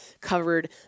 covered